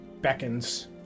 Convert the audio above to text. beckons